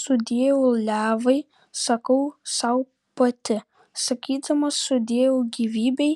sudieu levai sakau sau pati sakydama sudieu gyvybei